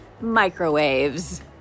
microwaves